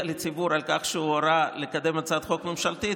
לציבור על כך שהוא הורה לקדם הצעת חוק ממשלתית,